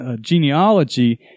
Genealogy